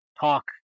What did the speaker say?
talk